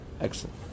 Excellent